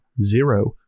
zero